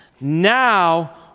now